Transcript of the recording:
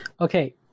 Okay